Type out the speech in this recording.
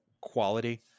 quality